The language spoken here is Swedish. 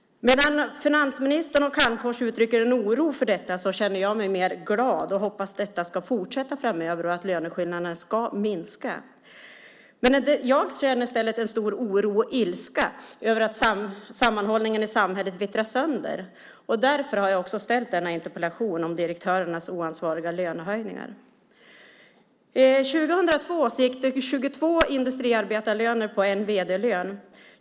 Medan finansministern och professor Calmfors uttrycker oro över detta känner jag mig glad. Jag hoppas att detta ska fortsätta framöver och att löneskillnaderna ska minska. Jag känner i stället en stor oro och ilska över att sammanhållningen i samhället vittrar sönder. Därför har jag också ställt denna interpellation om direktörernas oansvariga lönehöjningar. År 2002 gick det 22 industriarbetarlöner på en vd-lön.